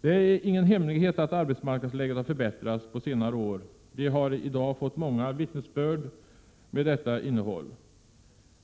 Det är ingen hemlighet att arbetsmarknadsläget har förbättrats på senare år. Vi har i dag fått många vittnesbörd med detta innehåll.